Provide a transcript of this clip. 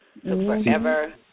Forever